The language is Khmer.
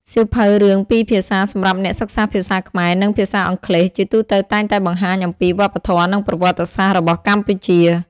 សៀវភៅរឿងពីរភាសាសម្រាប់អ្នកសិក្សាភាសាខ្មែរ និងភាសាអង់គ្លេស ជាទូទៅតែងតែបង្ហាញអំពី វប្បធម៌ និង ប្រវត្តិសាស្ត្រ របស់កម្ពុជា។